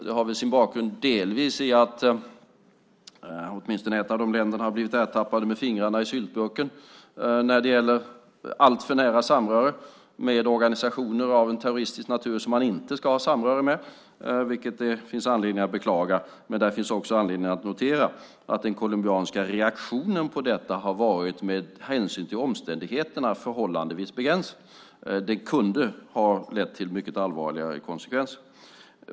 Det har väl sin bakgrund delvis i att, åtminstone ett av de länderna har blivit ertappat med fingrarna i syltburken när det gäller alltför nära samröre med organisationer av en terroristisk natur som man inte ska ha samröre med, vilket det finns anledning att beklaga. Men det finns också anledning att notera att den colombianska reaktionen på detta har varit med hänsyn till omständigheterna förhållandevis begränsad. Det kunde ha lett till mycket allvarligare konsekvenser.